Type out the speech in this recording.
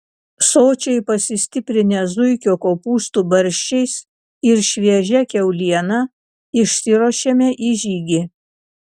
sočiai pasistiprinę zuikio kopūstų barščiais ir šviežia kiauliena išsiruošėme į žygį